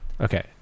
Okay